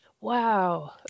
Wow